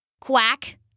Quack